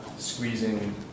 Squeezing